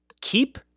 keep